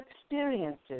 experiences